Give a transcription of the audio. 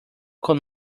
con